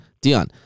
Dion